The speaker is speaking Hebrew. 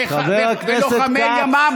חבר הכנסת כץ,